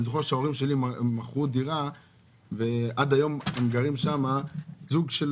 אני זוכר שההורים שלי מכרו דירה ועד היום גרים שם זוג של